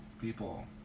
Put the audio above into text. people